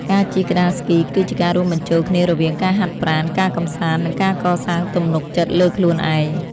ការជិះក្ដារស្គីគឺជាការរួមបញ្ចូលគ្នារវាងការហាត់ប្រាណ ការកម្សាន្ត និងការកសាងទំនុកចិត្តលើខ្លួនឯង។